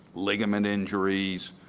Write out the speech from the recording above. ligament injuries,